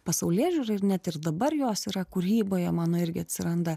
pasaulėžiūra ir net ir dabar jos yra kūryboje mano irgi atsiranda